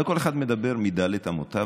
אבל כל אחד מדבר מד' אמותיו,